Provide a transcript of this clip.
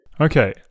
Okay